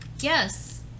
Yes